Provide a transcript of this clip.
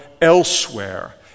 elsewhere